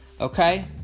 okay